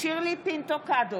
שירלי פינטו קדוש,